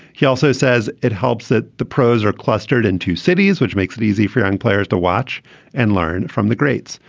he also says it helps that the pros are clustered in two cities, which makes it easy for young players to watch and learn from the greats.